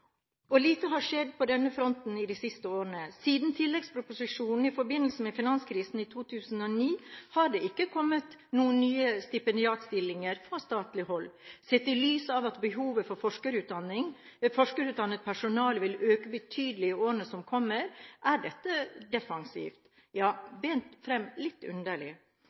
Lite har skjedd på denne fronten de siste årene. Siden tilleggsproposisjonen i forbindelse med finanskrisen i 2009 har det ikke kommet noen nye stipendiatstillinger fra statlig hold. Sett i lys av at behovet for forskerutdannet personale vil øke betydelig i årene som kommer, er dette defensivt, ja bent fram litt underlig.